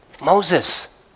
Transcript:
Moses